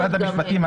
משרד המשפטים,